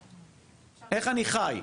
איך אני חי?